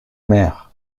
mer